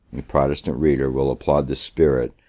a protestant reader will applaud the spirit,